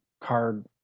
card